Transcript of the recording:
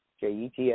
jets